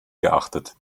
geachtet